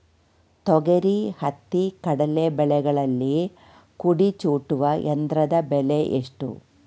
ತೊಗರಿ, ಹತ್ತಿ, ಕಡಲೆ ಬೆಳೆಗಳಲ್ಲಿ ಕುಡಿ ಚೂಟುವ ಯಂತ್ರದ ಬೆಲೆ ಎಷ್ಟು?